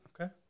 Okay